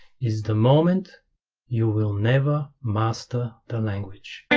is the moment you will never master the language